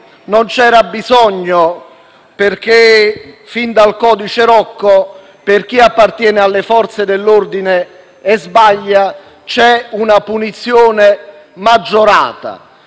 neanche bisogno, perché fin dal codice Rocco, per chi appartiene alle Forze dell'ordine e sbaglia c'è una punizione maggiorata.